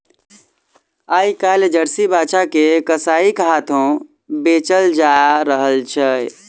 आइ काल्हि जर्सी बाछा के कसाइक हाथेँ बेचल जा रहल छै